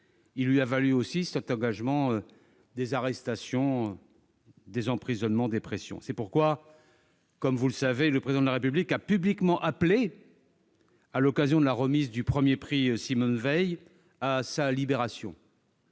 Il lui a également valu des arrestations, des peines d'emprisonnement et de multiples pressions. C'est pourquoi, comme vous le savez, le Président de la République a publiquement appelé, à l'occasion de la remise du premier prix Simone-Veil, à la libération